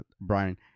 Brian